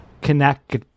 connect